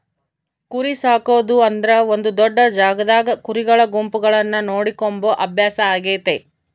ಕುರಿಸಾಕೊದು ಅಂದ್ರ ಒಂದು ದೊಡ್ಡ ಜಾಗದಾಗ ಕುರಿಗಳ ಗುಂಪುಗಳನ್ನ ನೋಡಿಕೊಂಬ ಅಭ್ಯಾಸ ಆಗೆತೆ